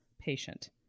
patient